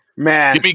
Man